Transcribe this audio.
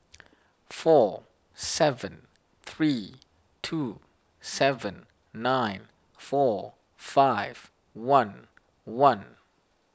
four seven three two seven nine four five one one